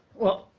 well,